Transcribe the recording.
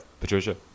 Patricia